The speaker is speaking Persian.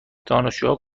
دانشجوها